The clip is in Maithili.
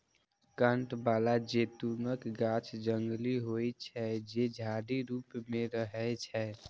कांट बला जैतूनक गाछ जंगली होइ छै, जे झाड़ी रूप मे रहै छै